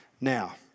Now